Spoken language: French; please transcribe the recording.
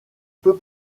peu